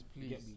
please